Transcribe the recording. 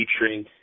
featuring